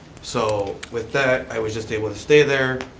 so with that i was just able to stay there,